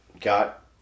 got